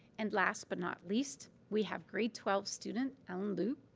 and last but not least, we have grade twelve student allen lu.